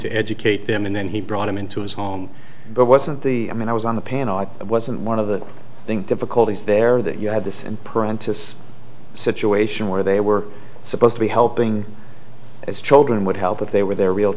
to educate them and then he brought them into his home but wasn't the i mean i was on the panel i wasn't one of the i think difficulties there that you had this and prentiss situation where they were supposed to be helping as children would help if they were their real